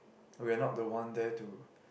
we are not the one there to